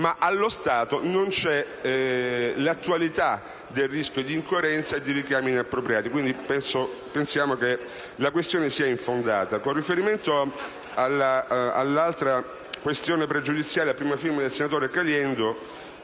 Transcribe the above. Allo stato però non c'è l'attualità del rischio di incoerenza e di richiami inappropriati. Pensiamo quindi che la questione sia infondata. Con riferimento alla questione pregiudiziale QP1, a prima firma del senatore Caliendo,